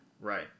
Right